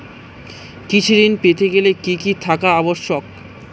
কৃষি ঋণ পেতে গেলে কি কি থাকা আবশ্যক?